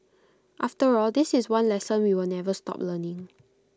after all this is one lesson we will never stop learning